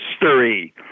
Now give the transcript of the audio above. history